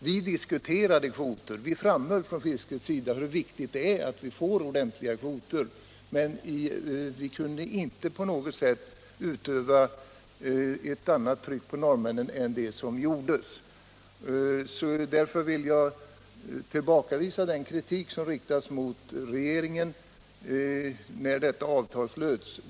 Vi diskuterade kvoter och framhöll hur viktigt det är att vi får ordentliga kvoter, men vi kunde inte på något sätt utöva något annat tryck på norrmännen än det som faktiskt utövades. Därför vill jag tillbakavisa den kritik som riktades mot regeringen när detta avtal slöts.